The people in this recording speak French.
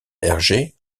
hergé